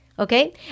Okay